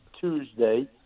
Tuesday